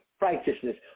righteousness